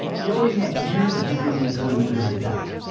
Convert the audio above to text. he already had years of video game coding under his belt.